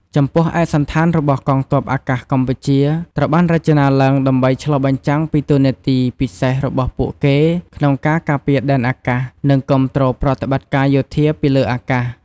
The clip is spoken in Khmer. ចំពោះឯកសណ្ឋានរបស់កងទ័ពអាកាសកម្ពុជា ត្រូវបានរចនាឡើងដើម្បីឆ្លុះបញ្ចាំងពីតួនាទីពិសេសរបស់ពួកគេក្នុងការការពារដែនអាកាស និងគាំទ្រប្រតិបត្តិការយោធាពីលើអាកាស។